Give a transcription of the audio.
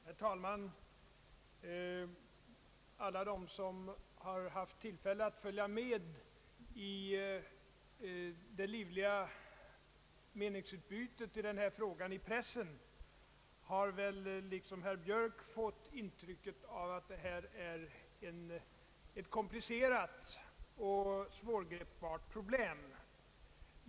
Herr talman! Alla som haft tillfälle att följa det livliga meningsutbytet i denna fråga i pressen har väl liksom herr Björk fått intrycket, att detta är ett komplicerat och svårgripbart problem.